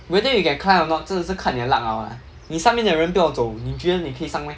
whether you can climb or not 真的是看你的 luck 了 eh 你上面的人不要走你觉得你可以上 meh